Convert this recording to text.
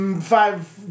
Five